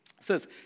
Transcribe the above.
says